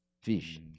Fish